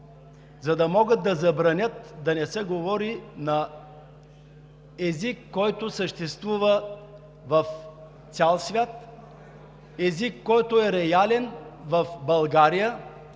За да могат да забранят да не се говори на език, който съществува в цял свят, език, който е реален в България,